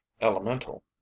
elemental